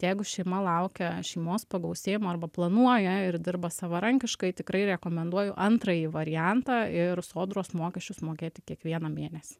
jeigu šeima laukia šeimos pagausėjimo arba planuoja ir dirba savarankiškai tikrai rekomenduoju antrąjį variantą ir sodros mokesčius mokėti kiekvieną mėnesį